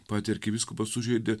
patį arkivyskupą sužeidė